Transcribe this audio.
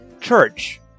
Church